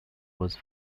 was